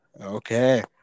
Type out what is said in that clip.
Okay